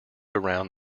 around